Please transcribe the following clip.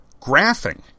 Graphing